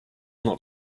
not